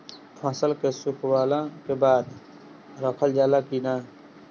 फसल के सुखावला के बाद रखल जाला कि न?